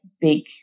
big